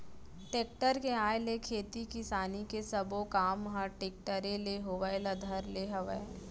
tractor के आए ले खेती किसानी के सबो काम ह टेक्टरे ले होय ल धर ले हवय